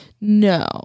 No